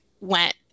went